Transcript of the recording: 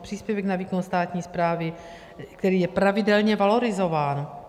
Příspěvek na výkon státní správy, který je pravidelně valorizován.